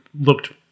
looked